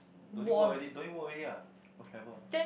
don't need work already don't need work already ah oh travel